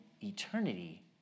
eternity